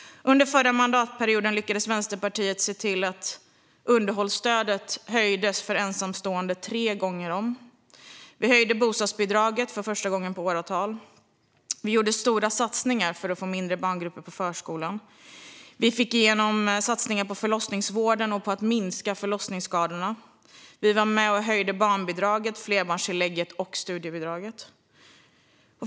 Under förra mandatperioden lyckades Vänsterpartiet se till att underhållsstödet för ensamstående höjdes tre gånger om. Vi höjde bostadsbidraget för första gången på åratal. Vi gjorde stora satsningar för att få mindre barngrupper på förskolan. Vi fick igenom satsningar på förlossningsvården och på att minska förlossningsskadorna. Vi var med och höjde barnbidraget, flerbarnstillägget och studiebidraget.